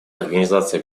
организации